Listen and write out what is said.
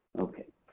okay,